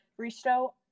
Risto